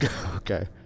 Okay